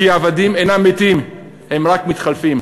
כי עבדים אינם מתים, הם רק מתחלפים.